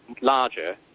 larger